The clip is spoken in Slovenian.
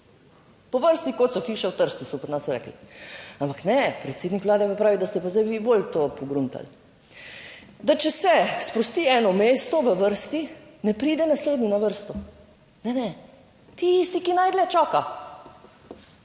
po vrsti, kot so hiše v Trstu, so pri nas rekli, ampak ne, predsednik Vlade pa pravi, da ste pa zdaj vi bolj to pogruntali. Da če se sprosti eno mesto v vrsti, ne pride naslednji na vrsto. Ne, ne, ti tisti, ki najdlje čaka.